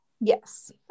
Yes